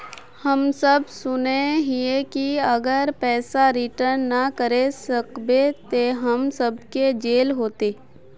हम सब सुनैय हिये की अगर पैसा रिटर्न ना करे सकबे तो हम सब के जेल होते?